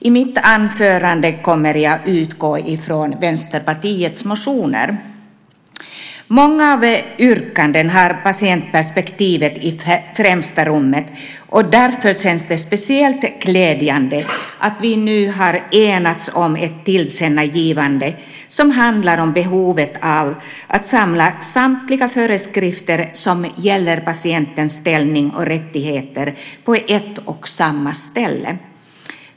I mitt anförande kommer jag att utgå från Vänsterpartiets motioner. Många av yrkandena har patientperspektivet i främsta rummet. Därför känns det speciellt glädjande att vi nu har enats om ett tillkännagivande som handlar om behovet av att samla samtliga föreskrifter som gäller patientens ställning och rättigheter på ett och samma ställe.